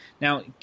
Now